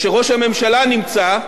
כשראש הממשלה נמצא.